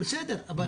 בסדר,